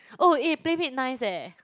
oh eh playmade nice eh